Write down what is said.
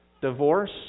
Divorce